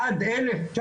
עד 1948,